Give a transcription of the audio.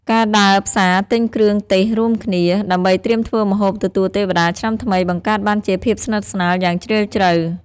ការដើរផ្សារទិញគ្រឿងទេសរួមគ្នា ដើម្បីត្រៀមធ្វើម្ហូបទទួលទេវតាឆ្នាំថ្មី បង្កើតបានជាភាពស្និទ្ធស្នាលយ៉ាងជ្រាលជ្រៅ។